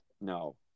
no